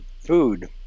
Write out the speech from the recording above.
food